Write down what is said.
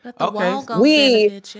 Okay